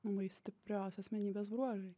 labai stiprios asmenybės bruožai